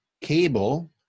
cable